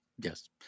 Yes